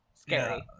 scary